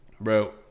Bro